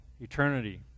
eternity